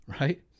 right